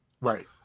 Right